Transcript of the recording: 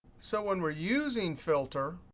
so when we're using filter,